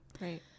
right